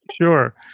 Sure